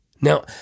Now